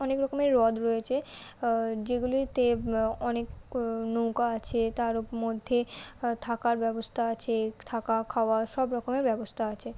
অনেক রকমের হ্রদ রয়েছে যেগুলিতে অনেক নৌকা আছে তার মধ্যে থাকার ব্যবস্থা আছে থাকা খাওয়া সব রকমের ব্যবস্থা আছে